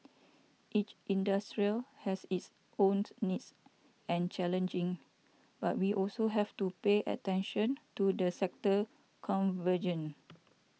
each industry has its own needs and challenges but we also have to pay attention to the sector convergen